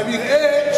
כנראה,